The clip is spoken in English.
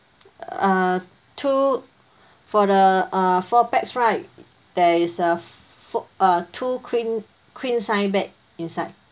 uh two for the uh four pax right there is a fu~ uh two queen queen size bed inside